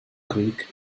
creek